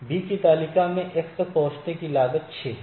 B की तालिका में X तक पहुंचने की लागत 6 है